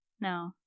no